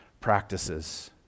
practices